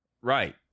Right